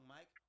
Mike